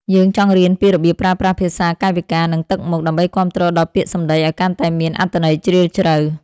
យើងចង់រៀនពីរបៀបប្រើប្រាស់ភាសាកាយវិការ និងទឹកមុខ ដើម្បីគាំទ្រដល់ពាក្យសម្ដីឱ្យកាន់តែមានអត្ថន័យជ្រាលជ្រៅ។